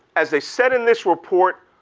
as they said in this report,